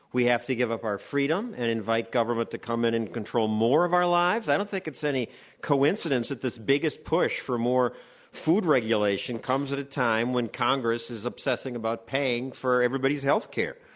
we have to give up our freedom and invite government to come in and control more of our lives? i don't think it's any coincidence that this biggest push for more food regulation comes at a time when congress is obsessing about paying for everybody's health care.